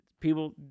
people